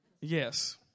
Yes